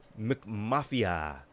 McMafia